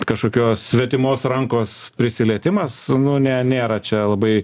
kažkokios svetimos rankos prisilietimas nu ne nėra čia labai